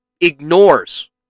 ignores